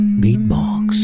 beatbox